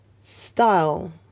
style